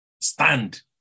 stand